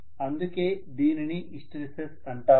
అందుకే దీనిని హిస్టీరిసిస్ అంటాము